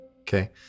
okay